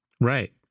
Right